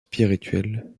spirituelles